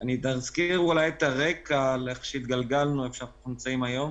אזכיר את הרקע איך התגלגלנו ואיפה אנחנו נמצאים היום.